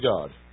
God